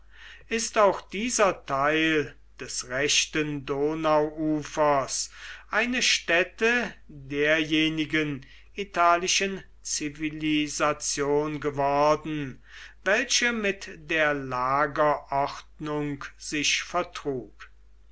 ist auch dieser teil des rechten donauufers eine stätte derjenigen italischen zivilisation geworden welche mit der lagerordnung sich vertrug